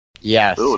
Yes